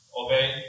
obey